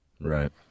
Right